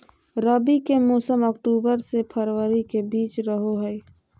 रबी के मौसम अक्टूबर से फरवरी के बीच रहो हइ